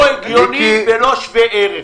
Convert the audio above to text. לא הגיוני ולא שווה ערך.